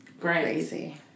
crazy